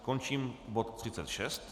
Končím bod 36.